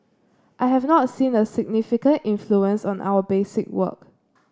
I have not seen a significant influence on our basic work